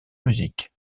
musique